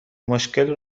مشکل